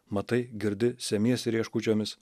matai girdi semiesi rieškučiomis